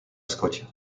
scotia